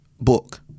book